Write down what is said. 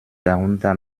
darunter